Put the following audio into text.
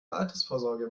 altersvorsorge